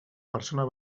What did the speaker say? persona